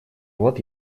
вот